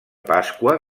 pasqua